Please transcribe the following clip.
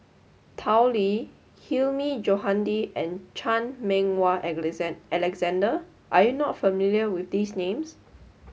Tao Li Hilmi Johandi and Chan Meng Wah Alexander are you not familiar with these names